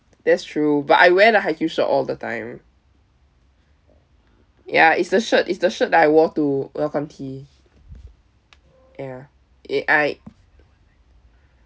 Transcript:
that's true but I wear the haikyuu shirt all the time ya it's the shirt it's the shirt that I wore to welcome tea ya uh I